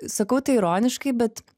sakau tai ironiškai bet